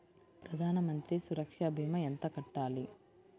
ప్రధాన మంత్రి సురక్ష భీమా ఎంత కట్టాలి?